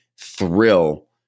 thrill